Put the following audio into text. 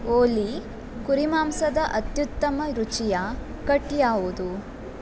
ಓಲೀ ಕುರಿಮಾಂಸದ ಅತ್ಯುತ್ತಮ ರುಚಿಯ ಕಟ್ ಯಾವುದು